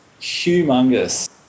humongous